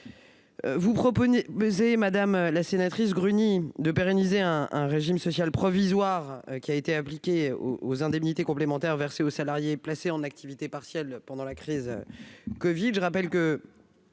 Vous proposez, madame la sénatrice Gruny, de pérenniser un régime social provisoire, qui a été appliqué aux indemnités complémentaires versées aux salariés placés en activité partielle pendant la crise covid.